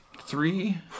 Three